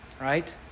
right